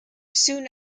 soon